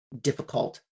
difficult